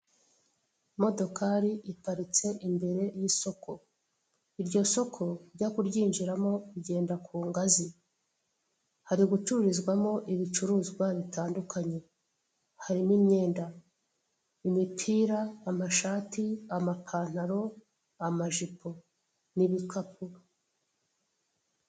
Imodokari iparitse imbere y'isoko iryo soko ujya kuryinjiramo ugenda ku ngazi hari gucururizwamo ibicuruzwa bitandukanye harimo imyenda, imipira, amashati, amapantalo, amajipo n'ibikapu.